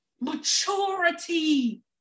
maturity